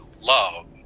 love